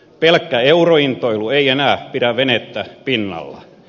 pelkkä eurointoilu ei enää pidä venettä pinnalla